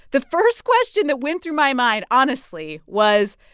the first question that went through my mind, honestly, was,